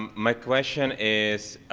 um my question is,